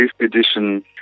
edition